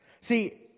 See